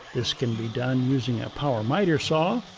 this can be done using a power miter saw,